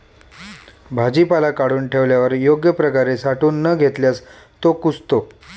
भाजीपाला काढून ठेवल्यावर योग्य प्रकारे साठवून न घेतल्यास तो कुजतो